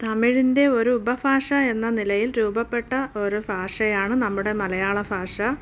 തമിഴിൻ്റെ ഒരു ഉപഭാഷ എന്ന നിലയിൽ രൂപപ്പെട്ട ഒരു ഭാഷയാണ് നമ്മുടെ മലയാള ഭാഷ